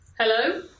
Hello